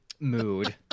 mood